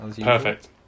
Perfect